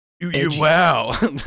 Wow